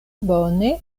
bone